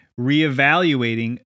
reevaluating